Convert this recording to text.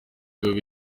bube